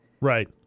right